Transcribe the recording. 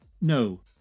No